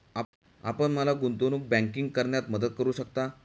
आपण मला गुंतवणूक बँकिंग करण्यात मदत करू शकता?